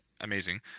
amazing